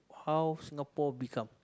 how Singapore become